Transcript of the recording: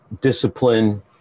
discipline